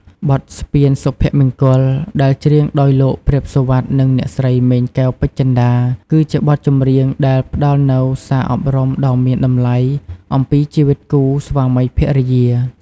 បទ ស្ពានសុភមង្គល ដែលច្រៀងដោយលោក ព្រាប សុវត្ថិ និងអ្នកស្រី ម៉េង កែវពេជ្ជតា គឺជាបទចម្រៀងដែលផ្តល់នូវសារអប់រំដ៏មានតម្លៃអំពីជីវិតគូស្វាមីភរិយា។